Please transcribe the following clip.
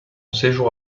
séjour